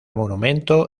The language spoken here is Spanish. monumento